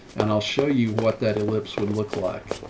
and i'll show you what that ellipse would look like.